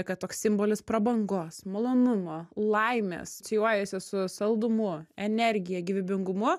kad toks simbolis prabangos malonumo laimės asocijuojasi su saldumu energija gyvybingumu